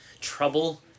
trouble